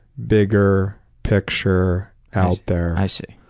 bigger picture out there. i see,